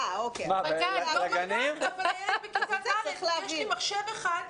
צריך להבין: יש לי מחשב אחד,